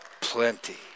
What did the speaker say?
plenty